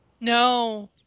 no